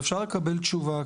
אבל אפשר לקבל תשובה,